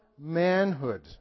manhood